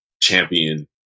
champion